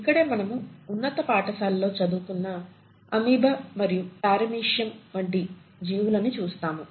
ఇక్కడే మనము ఉన్నత పాఠశాల లో చదువుకున్న అమీబా మరియు పారమీషియం వంటి జీవులని చూస్తాము